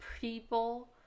people